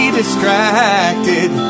distracted